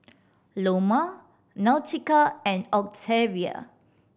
Loma Nautica and Octavia